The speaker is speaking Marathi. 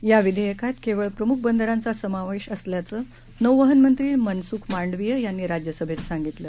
याविधेयकातकेवळप्रमुखबंदरांचासमावेशअसल्याचंनौवहनमंत्रीमनसुखमांडवीययांनीराज्यसभेतसांगितलं